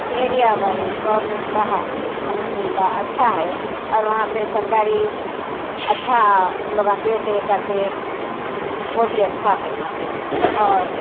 area بائی government کا الحمدُاللّہ اچھّا ہے اور وہاں پہ سرکاری اچھّا لوگ دیتے کرتے وہ بھی اچھّا ہے وہاں پہ اور